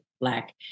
Black